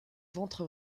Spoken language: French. ventre